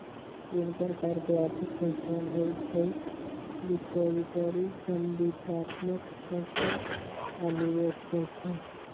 तीन प्रकार के आर्थिक संस्थान होइ छइ डिपॉजिटरी, संविदात्मक संस्था आऽ निवेश संस्थान